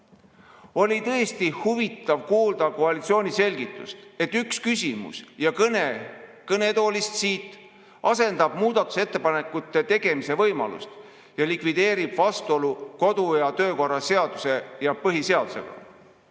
Oli tõesti huvitav kuulda koalitsiooni selgitust, et üks küsimus ja kõne siit kõnetoolist asendab muudatusettepanekute tegemise võimalust ning likvideerib vastuolu kodu- ja töökorra seaduse ja põhiseadusega.